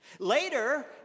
Later